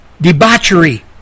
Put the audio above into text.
debauchery